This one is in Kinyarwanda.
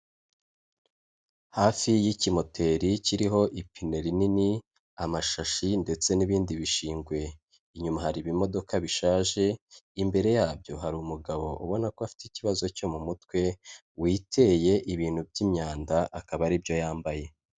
Hafi y'ikimoteri kiriho ipine rinini, amashashi ndetse n'ibindi bishingwe, inyuma hari ibimodoka bishaje, imbere yabyo hari umugabo ubona ko afite ikibazo cyo mu mutwe, witeye ibintu by'imyanda akaba aribyo yambaye.